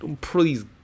please